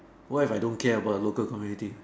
what if I don't care about a local community